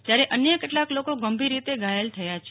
જ્યારે અન્ય કેટલાંક લોકો ગંભીર રીતે ઘાયલ થયાં છે